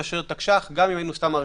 מהארכת תקש"ח.